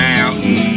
Mountain